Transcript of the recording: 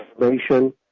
information